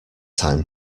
time